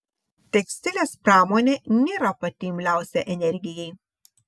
tekstilės pramonė nėra pati imliausia energijai